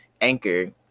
Anchor